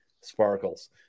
sparkles